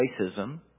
racism